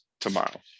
tomorrow